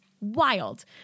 wild